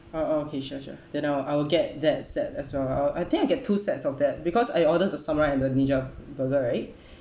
oh okay sure sure then I will I will get that set as well uh I think I'll get two sets of that because I order the samurai and the ninja burger right